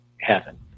heaven